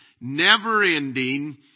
never-ending